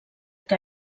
que